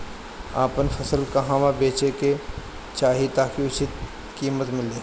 आपन फसल कहवा बेंचे के चाहीं ताकि उचित कीमत मिली?